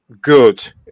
good